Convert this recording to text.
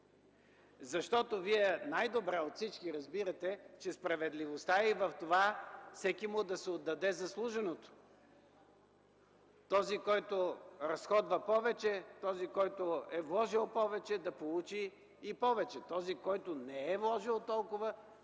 Защото Вие най-добре от всички разбирате, че справедливостта е в това на всеки да му се отдаде заслуженото – този, който разходва повече, този, който е вложил повече, да получи повече. Този, който не е вложил толкова,